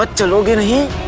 but delusion